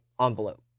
envelope